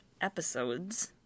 episodes